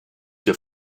your